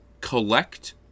collect